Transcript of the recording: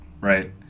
right